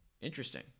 Interesting